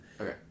Okay